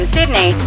Sydney